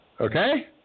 Okay